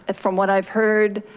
and from what i've heard,